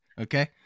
Okay